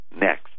next